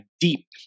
deep